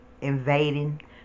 invading